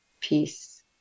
peace